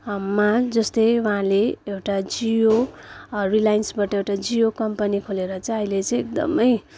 मा जस्तै उहाँले एउटा जियो रिलायन्सबाट एउटा जियो कम्पनी खोलेर चाहिँ अहिले चाहिँ एकदमै